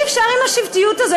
אי-אפשר עם השבטיות הזאת,